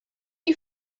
you